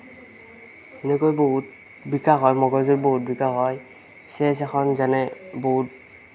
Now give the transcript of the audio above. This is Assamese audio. এনেকৈ বহুত বিকাশ হয় মগজুৰ বহুত বিকাশ হয় চেছ এখন যেনে বহুত